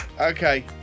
okay